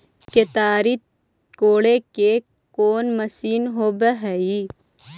केताड़ी कोड़े के कोन मशीन होब हइ?